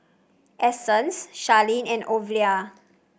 Essence Sharlene and Ovila